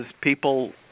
people